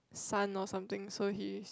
son or something so he's